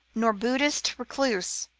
nor buddhist recluse,